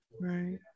Right